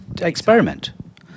experiment